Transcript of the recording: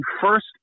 first